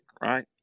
right